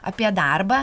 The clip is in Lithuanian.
apie darbą